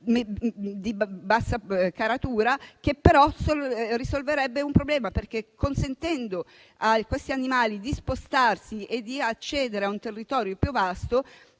di bassa caratura, che però risolverebbe un problema, perché, consentendo a quegli animali di spostarsi e di accedere a un territorio più vasto,